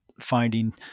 finding